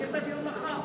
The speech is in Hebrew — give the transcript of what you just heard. נמשיך בדיון מחר,